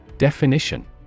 Definition